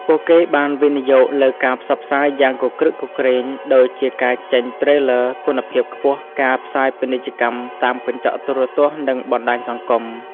ពួកគេបានវិនិយោគលើការផ្សព្វផ្សាយយ៉ាងគគ្រឹកគគ្រេង ដូចជាការចេញ trailer គុណភាពខ្ពស់ ការផ្សាយពាណិជ្ជកម្មតាមកញ្ចក់ទូរទស្សន៍ និងបណ្តាញសង្គម។